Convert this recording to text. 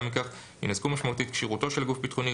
מכך יינזקו משמעותית כשירותו של הגוף הביטחוני,